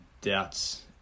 doubts